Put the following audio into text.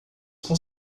com